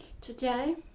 Today